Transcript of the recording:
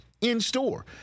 in-store